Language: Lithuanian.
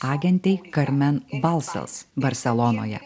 agentei karmen balsals barselonoje